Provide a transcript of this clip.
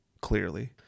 clearly